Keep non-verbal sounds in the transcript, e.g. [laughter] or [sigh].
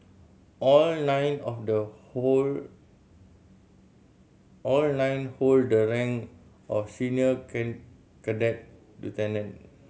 all nine of the hold all nine hold the rank of senior [unintelligible] cadet lieutenant